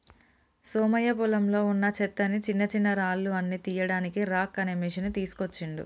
సోమయ్య పొలంలో వున్నా చెత్తని చిన్నచిన్నరాళ్లు అన్ని తీయడానికి రాక్ అనే మెషిన్ తీస్కోచిండు